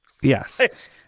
Yes